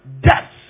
death